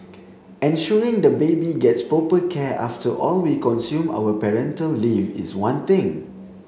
ensuring the baby gets proper care after all we consume our parental leave is one thing